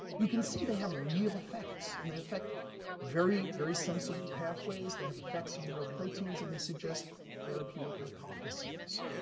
you can see they have real effects, and they affect very, very sensible pathways. they have effects on real proteins, and they suggest therapeutic hypotheses.